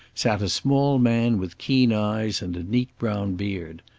sat a small man with keen eyes and a neat brown beard.